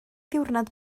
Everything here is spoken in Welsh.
ddiwrnod